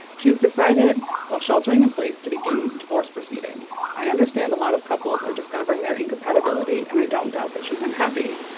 she has decided while sheltering in place to begin divorce proceedings. i understand a lot of couples are discovering their incompatibility, and i don't doubt that she's unhappy.